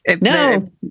no